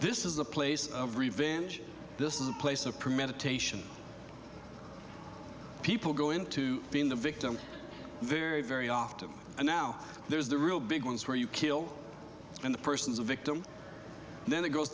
this is a place of revenge this is a place of premeditation people go into being the victim very very often and now there's the real big ones where you kill when the person is a victim and then it goes